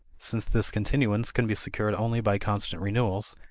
since this continuance can be secured only by constant renewals,